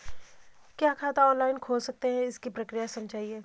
क्या खाता ऑनलाइन खोल सकते हैं इसकी प्रक्रिया समझाइए?